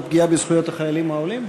על פגיעה בזכויות החיילים העולים.